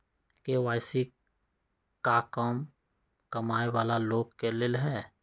KYC का कम कमाये वाला लोग के लेल है?